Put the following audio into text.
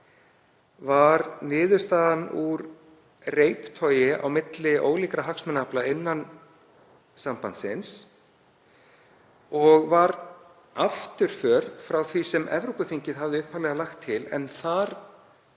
var niðurstaðan úr reiptogi ólíkra hagsmunaafla innan sambandsins og var afturför frá því sem Evrópuþingið hafði upphaflega lagt til en þar